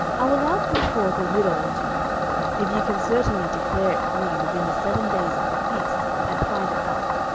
i will now put forth a riddle unto you if ye can certainly declare it me within the seven days of the feast, and find it out,